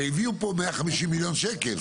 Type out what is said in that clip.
הרי הביאו פה 150 מיליון שקל,